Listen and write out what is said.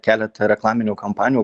keletą reklaminių kampanijų